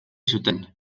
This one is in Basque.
zuten